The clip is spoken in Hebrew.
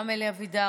גם אלי אבידר,